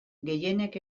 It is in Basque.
gehienek